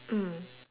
mm